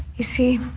you see,